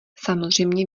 samozřejmě